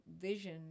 vision